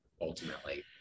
ultimately